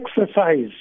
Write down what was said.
exercise